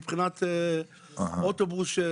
מבחינת האוטובוס,